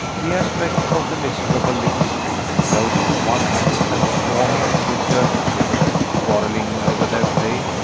the aspect of the miserable little street, closed at one end, and swarming with dirty children quarreling over their play,